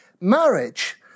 marriage